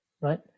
Right